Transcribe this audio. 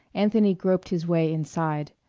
anthony groped his way inside.